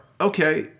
okay